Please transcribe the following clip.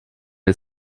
wir